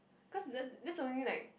cause that's that's only like